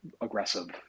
aggressive